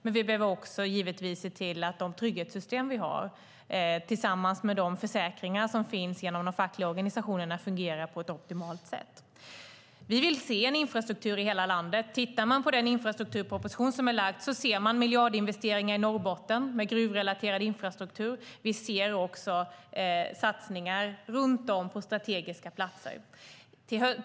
Men vi behöver givetvis också se till att de trygghetssystem vi har, tillsammans med de försäkringar som finns genom de fackliga organisationerna, fungerar på ett optimalt sätt. Vi vill se infrastruktur i hela landet. När man tittar på den infrastrukturproposition som är lagd ser man miljardinvesteringar i gruvrelaterad infrastruktur i Norrbotten. Man ser också satsningar på strategiska platser runt om i landet.